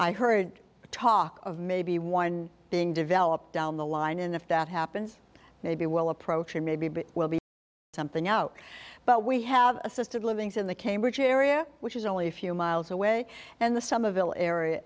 i heard talk of maybe one being developed down the line and if that happens maybe we'll approach or maybe but it will be something out but we have assisted living in the cambridge area which is only a few miles away and the some a villa area